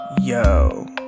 yo